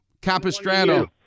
Capistrano